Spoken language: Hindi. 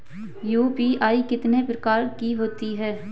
यू.पी.आई कितने प्रकार की होती हैं?